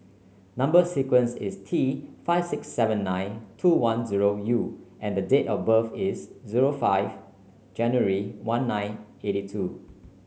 number sequence is T five six seven nine two one zero U and the date of birth is zero five January one nine eighty two